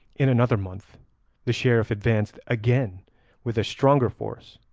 in another month the sheriff advanced again with a stronger force,